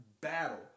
battle